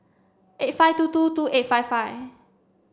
eight five two two two eight five five